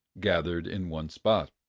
gathered in one spot.